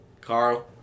carl